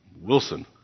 Wilson